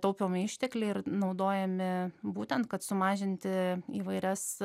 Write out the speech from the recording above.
taupomi ištekliai naudojami būtent kad sumažinti įvairias